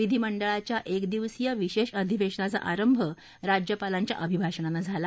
विधिमंडळाच्या एक दिवसीय विशेष अधिवेशनाचा आरंभ राज्यपालांच्या अभिभाषणानं झाला